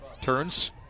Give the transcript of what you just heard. turns